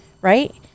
right